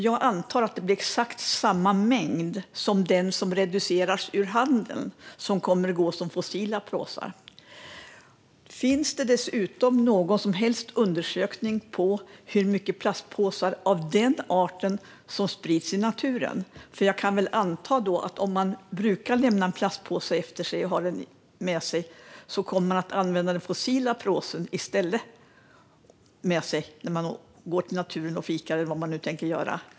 Jag antar att det blir exakt samma mängd som den som reduceras från handeln som kommer att finnas i form av fossila påsar. Dessutom: Finns det någon som helst undersökning av hur mycket plastpåsar av den arten som sprids i naturen? Jag antar att om man brukar lämna efter sig den plastpåse som man har med sig kommer man i stället att ha en fossil påse med sig när man går ut i naturen och fikar eller vad man nu tänker göra.